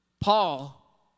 Paul